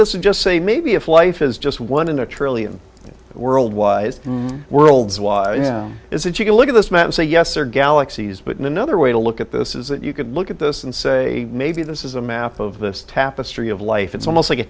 this and just say maybe if life is just one in a trillion world wise worlds why is it you can look at this map and say yes or galaxies but another way to look at this is that you could look at this and say maybe this is a map of the tapestry of life it's almost like a